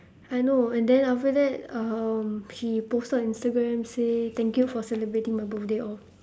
I know and then after that um she posted on instagram say thank you for celebrating my birthday all